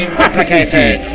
replicated